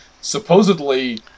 supposedly